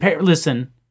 Listen